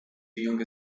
younger